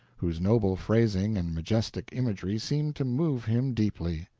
whose noble phrasing and majestic imagery seemed to move him deeply.